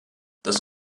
das